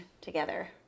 together